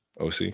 OC